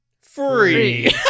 free